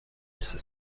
ice